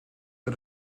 met